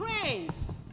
praise